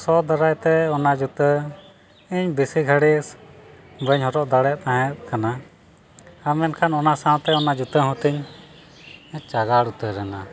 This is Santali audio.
ᱥᱚ ᱫᱟᱨᱟᱭᱛᱮ ᱚᱱᱟ ᱡᱩᱛᱟᱹ ᱤᱧ ᱵᱮᱥᱤ ᱜᱷᱟᱹᱲᱤᱡ ᱵᱟᱹᱧ ᱦᱚᱨᱚᱜ ᱫᱟᱲᱮ ᱛᱟᱦᱮᱸᱫ ᱠᱟᱱᱟ ᱟᱨ ᱢᱮᱱᱠᱷᱟᱱ ᱚᱱᱟ ᱥᱟᱶᱛᱮ ᱚᱱᱟ ᱡᱩᱛᱟᱹ ᱦᱚᱸᱛᱤᱧ ᱪᱟᱜᱟᱲ ᱩᱛᱟᱹᱨᱮᱱᱟ